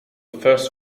first